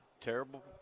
terrible